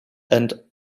end